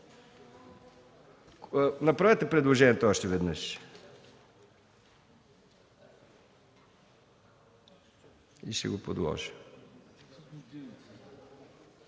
направете предложението още веднъж и ще го подложим